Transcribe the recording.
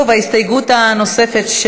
הסתייגות נוספת,